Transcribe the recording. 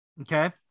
Okay